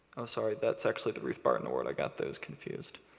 oh, sorry. that's actually the ruth barton award. i got those confused.